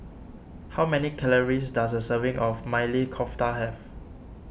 how many calories does a serving of Maili Kofta have